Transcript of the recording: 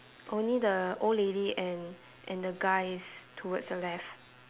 only the old lady and and the guys towards the left